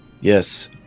Yes